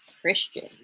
christian